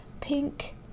pink